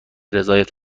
رضایت